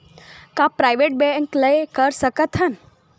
का private bank ले कर सकत हन?